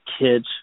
kids